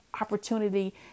opportunity